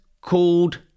called